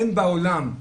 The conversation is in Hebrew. אין בעולם,